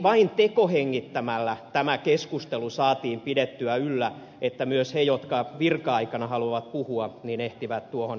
vain tekohengittämällä tämä keskustelu saatiin pidettyä yllä niin että myös ne jotka virka aikana haluavat puhua ehtivät tuohon keskusteluun mukaan